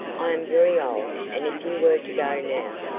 i am very old, and if you were to go now,